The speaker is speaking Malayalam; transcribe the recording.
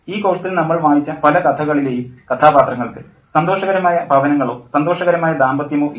ഈ കോഴ്സിൽ നമ്മൾ വായിച്ച പല കഥകളിലേയും കഥാപാത്രങ്ങൾക്ക് സന്തോഷകരമായ ഭവനങ്ങളോ സന്തോഷകരമായ ദാമ്പത്യമോ ഇല്ല